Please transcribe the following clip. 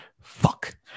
fuck